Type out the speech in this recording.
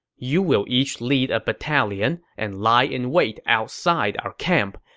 you will each lead a battalion and lie in wait outside our camp.